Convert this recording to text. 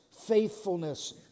faithfulness